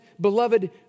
beloved